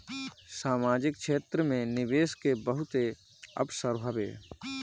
सामाजिक क्षेत्र में निवेश के बहुते अवसर हवे